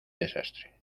desastre